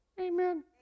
Amen